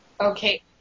Okay